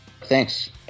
Thanks